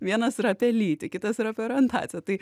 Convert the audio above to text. vienas yra apie lytį kitas yra apie orientaciją tai